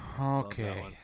Okay